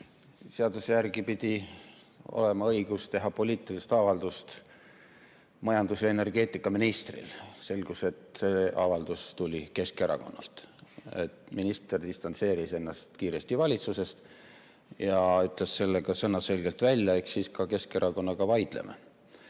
Seaduse järgi pidi olema õigus teha poliitilist avaldust majandus- ja energeetikaministril. Selgus, et avaldus tuli Keskerakonnalt. Minister distantseeris ennast kiiresti valitsusest ja ütles sõnaselgelt välja, et siis ka Keskerakonnaga vaidleme.